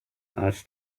als